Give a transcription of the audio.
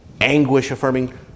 anguish-affirming